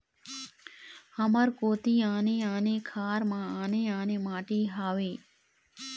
हमर कोती आने आने खार म आने आने माटी हावे?